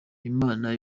imana